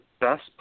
best